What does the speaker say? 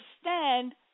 stand